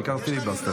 העיקר פיליבסטר.